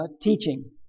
teaching